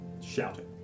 shouting